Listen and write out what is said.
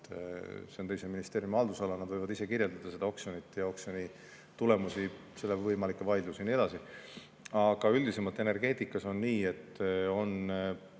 see on teise ministeeriumi haldusala. Nad võivad ise kirjeldada seda oksjonit ja oksjoni tulemusi, võimalikke vaidlusi ja nii edasi. Aga üldisemalt on energeetikas nii, et